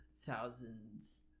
thousands